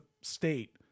state